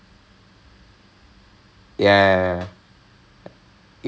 mandatory thing right this is அவரா ஏதோ:avaraa aetho ah then I wouldn't know